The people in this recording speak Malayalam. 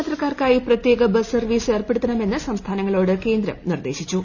ട്രെയിൻ യാത്രക്കാർക്കായി പ്രത്യേക ബസ് സർവ്വീസ് ഏർപ്പെടുത്തണമെന്ന് സംസ്ഥാനങ്ങളോട് കേന്ദ്രം നിർദ്ദേശിച്ചു